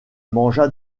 mangea